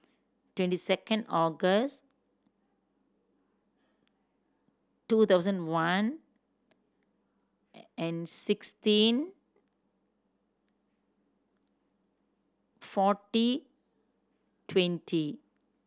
twenty second August two thousand one and sixteen forty twenty